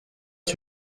sur